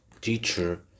teacher